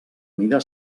mida